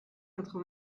quatre